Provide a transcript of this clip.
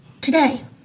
today